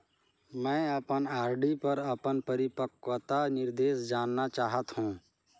मैं अपन आर.डी पर अपन परिपक्वता निर्देश जानना चाहत हों